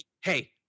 Hey